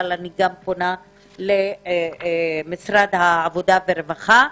אבל אני פונה גם למשרד העבודה והרווחה,